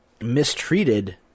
mistreated